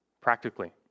practically